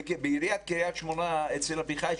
בעיריית קריית שמונה אצל אביחי,